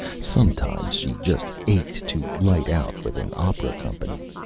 sometimes she just ached to light out with an opera company.